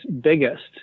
biggest